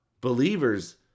Believers